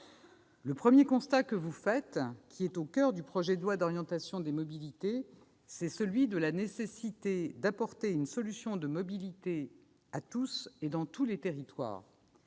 Le premier constat que vous faites, qui est au coeur du projet de loi d'orientation des mobilités, c'est celui de la nécessité d'apporter une solution de mobilité à tous et dans tous les territoires.